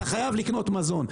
אתה חייב לקנות מזון,